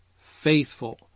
faithful